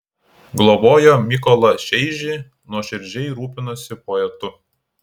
globojo mykolą šeižį nuoširdžiai rūpinosi poetu